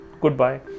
goodbye